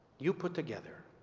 you put together